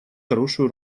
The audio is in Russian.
хорошую